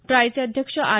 ट्रायचे अध्यक्ष आर